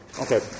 okay